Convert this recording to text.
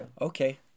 Okay